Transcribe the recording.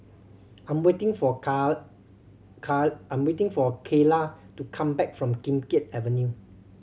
I am waiting for I am waiting for Kayla to come back from Kim Keat Avenue